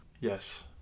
Yes